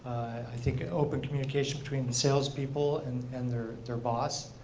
i think open communication between the sales people and and their their boss.